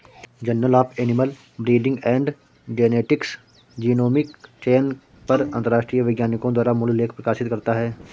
journal of animal breeding and genetics genomic चयन पर अंतरराष्ट्रीय वैज्ञानिकों द्वारा मूल लेख प्रकाशित करता है